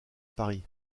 paris